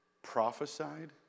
prophesied